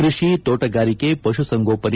ಕೃಷಿ ತೋಗಾರಿಕೆ ಪಶುಸಂಗೋಪನೆ